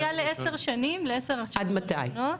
זה פשוט היה לעשר השנים האחרונות -- עד מתי?